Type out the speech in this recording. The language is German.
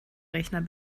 rechner